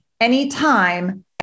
anytime